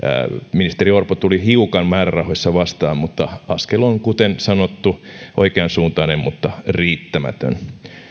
ministeri orpo tuli hiukan määrärahoissa vastaan mutta askel on kuten sanottu oikeansuuntainen mutta riittämätön